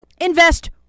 Invest